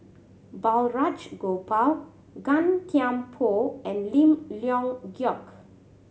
Balraj Gopal Gan Thiam Poh and Lim Leong Geok